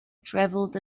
traveled